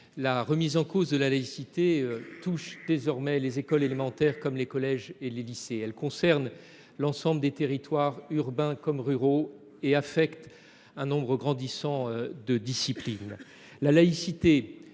La remise en cause de la laïcité touche désormais les écoles élémentaires comme les collèges et les lycées. Elle concerne l’ensemble des territoires, urbains comme ruraux, et affecte un nombre grandissant de disciplines.